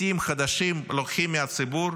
מיסים חדשים לוקחים מהציבור,